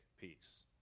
peace